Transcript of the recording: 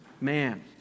man